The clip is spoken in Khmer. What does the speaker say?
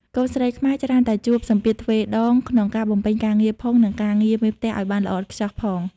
កូនស្រីខ្មែរច្រើនតែជួបសម្ពាធទ្វេដង ក្នុងការបំពេញការងារផង និងការងារមេផ្ទះឱ្យបានល្អឥតខ្ចោះផង។